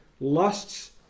lusts